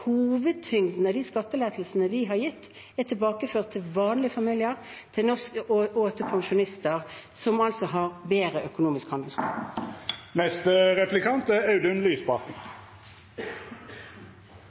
Hovedtyngden av de skattelettelsene vi har gitt, er tilbakeført til vanlige familier og til pensjonister, som altså har fått bedre økonomisk handlingsrom. Som vi allerede har vært inne på, er